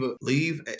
leave